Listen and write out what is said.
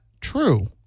true